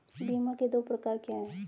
बीमा के दो प्रकार क्या हैं?